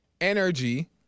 energy